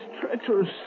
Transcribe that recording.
treacherous